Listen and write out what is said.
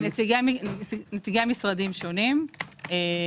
נציגי משרדים שונים,